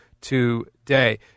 today